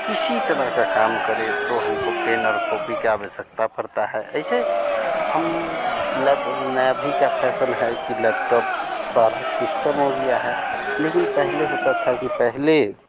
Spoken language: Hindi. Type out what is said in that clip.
किसी तरह का काम करें तो हमको पैन और कोपी का आवश्यकता पड़ती है ऐसे हम लोग नया अभी का फैशन है कि लैपटॉप साथ सिश्टम हो गया है लेकिन पहले होता था कि पहले